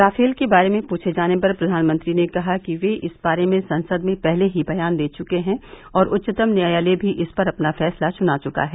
Rafale के बारे में पूछे जाने पर प्रधानमंत्री ने कहा कि र्वे इस बारे में संसद में पहले ही बयान दे चुके हैं और उच्चतम न्यायालय भी इस पर अपना फैसला सुना चुका है